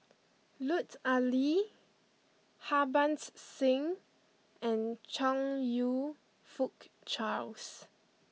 Lut Ali Harbans Singh and Chong you Fook Charles